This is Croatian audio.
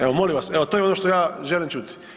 Evo molim vas, evo to je ono što ja želim čuti.